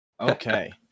Okay